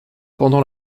pendant